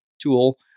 tool